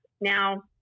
Now